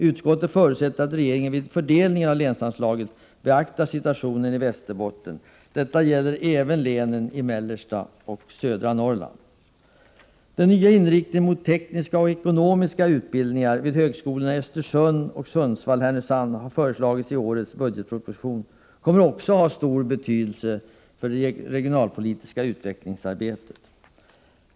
Utskottet förutsätter att regeringen vid fördelning av länsanslaget beaktar situationen i Västerbotten. Detta gäller även länen i mellersta och södra Norrland. Den nya inriktningen mot tekniska och ekonomiska utbildningar vid högskolorna i Östersund och Sundsvall/Härnösand som föreslagits i årets budgetproposition kommer också att ha stor betydelse i det regionalpolitiska utvecklingsarbetet.